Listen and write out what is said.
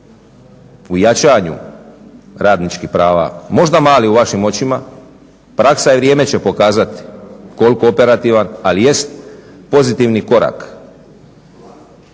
u jačanju radničkih prava, možda mali u vašim očima. Praksa i vrijeme će pokazati koliko operativan, al jest pozitivni korak